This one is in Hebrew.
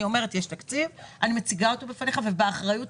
באחריות